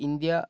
India